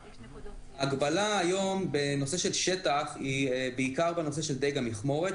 ההגבלה היום בנושא של שטח היא בעיקר בנושא של דיג המכמורת,